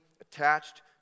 attached